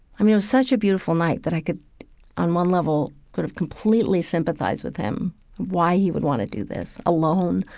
i mean, it was such a beautiful night that i could on one level could have completely sympathized with him why he want to do this alone,